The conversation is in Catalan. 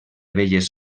belles